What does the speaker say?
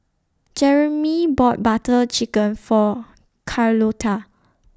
Jeremey bought Butter Chicken For Carlotta